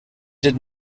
did